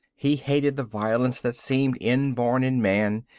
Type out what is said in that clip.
he hated the violence that seemed inborn in man,